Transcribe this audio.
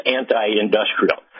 anti-industrial